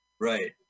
Right